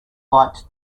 light